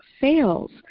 fails